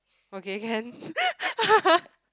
okay can